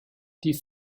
die